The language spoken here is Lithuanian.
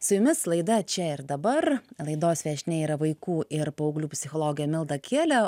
su jumis laida čia ir dabar laidos viešnia yra vaikų ir paauglių psichologė milda kielė